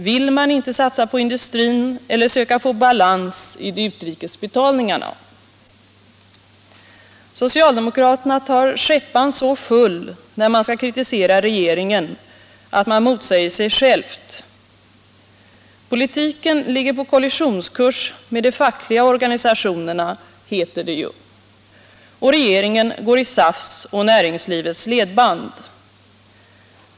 Vill man inte satsa på industrin eller söka få balans i de utrikes betalningarna? Socialdemokraterna tar skäppan så full när de skall kritisera regeringen att de motsäger sig själva. Politiken ligger på ”kollisionskurs med de fackliga organisationerna”, heter det ju, och regeringen går i SAF:s och näringslivets ledband.